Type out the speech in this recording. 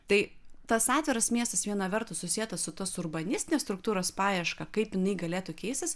tai tas atviras miestas viena vertus susietas su tos urbanistinės struktūros paieška kaip jinai galėtų keistis